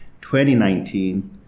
2019